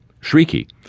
shrieky